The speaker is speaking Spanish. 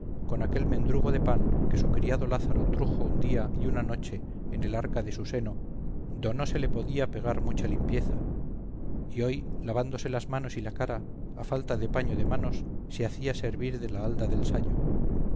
con aquel mendrugo de pan que su criado lázaro trujo un día y una noche en el arca de su seno do no se le podía pegar mucha limpieza y hoy lavándose las manos y cara a falta de paño de manos se hacía servir de la halda del sayo